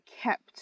kept